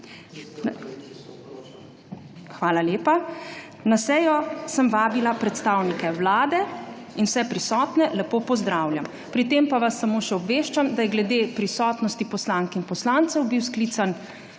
Hvala lepa. Na sejo sem vabila predstavnike Vlade in vse prisotne lepo pozdravljam! Pri tem pa vas samo še obveščam, da je bil glede prisotnosti poslank in poslancev sklican